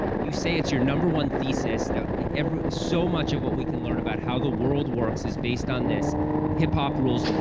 you say it's your number one thesis that is so much of what we can learn about how the world works, is based on this hip-hop rules